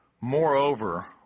Moreover